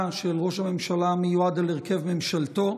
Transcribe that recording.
של ראש הממשלה המיועד על הרכב ממשלתו.